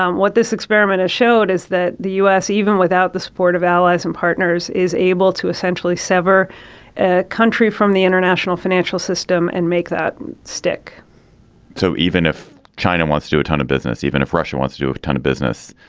um what this experiment has showed is that the u s, even without the support of allies and partners, is able to essentially sever a country from the international financial system and make that stick so even if china wants to do a ton of business, even if russia wants to do a ton of business,